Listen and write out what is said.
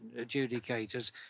adjudicators